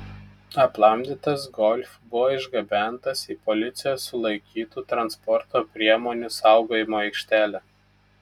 aplamdytas golf buvo išgabentas į policijos sulaikytų transporto priemonių saugojimo aikštelę